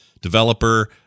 developer